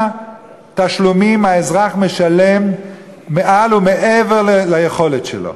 תשלומים האזרח משלם מעל ומעבר ליכולת שלו.